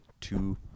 two